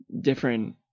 different